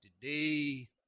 today